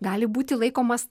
gali būti laikomas